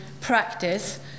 practice